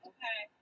Okay